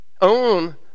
Own